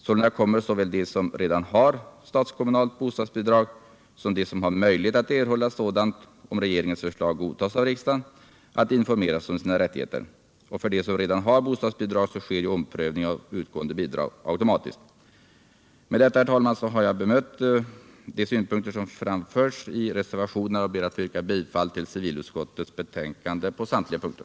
Sålunda kommer såväl de som redan har statskommunalt bostadsbidrag som de som har möjlighet att erhålla sådant, om regeringens förslag godtas av riksdagen, att informeras om sina rättigheter. För dem som redan har bostadsbidrag sker omprövningen av utgående bidrag automatiskt. Med detta, herr talman, har jag bemött de synpunkter som framförts i reservationerna och jag ber att få yrka bifall till civilutskottets hemställan i betänkandet på samtliga punkter.